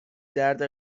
درد